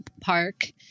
park